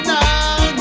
Now